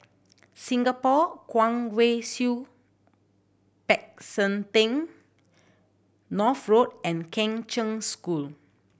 Singapore Kwong Wai Siew Peck San Theng North Road and Kheng Cheng School